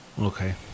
Okay